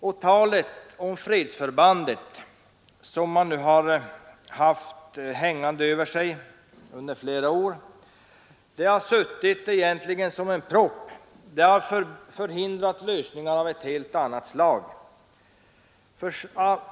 Och talet om detta fredsförband har under flera år suttit som en propp och förhindrat lösningar av annat slag.